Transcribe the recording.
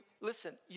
listen